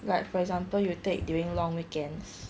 like for example you take during long weekends